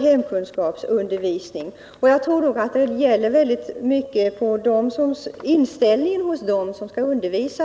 hemkunskapsundervisning. Vad ämnet görs till tror jag i hög grad beror på inställningen hos dem som skall undervisa.